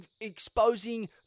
exposing